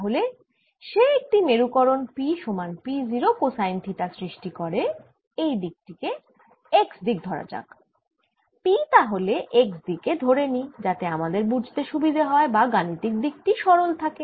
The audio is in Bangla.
তাহলে সে একটি মেরুকরন P সমান P 0 কোসাইন থিটা সৃষ্টি করে এই দিক টি কে x দিক ধরা যাক P তাহলে x দিকে ধরে নিই যাতে আমাদের বুঝতে সুবিধে হয় বা গাণিতিক দিক টি সরল থাকে